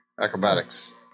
Acrobatics